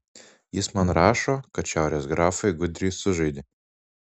jis man rašo kad šiaurės grafai gudriai sužaidė